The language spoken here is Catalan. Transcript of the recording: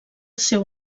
seu